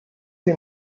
sie